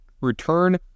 Return